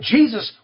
Jesus